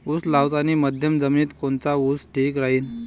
उस लावतानी मध्यम जमिनीत कोनचा ऊस ठीक राहीन?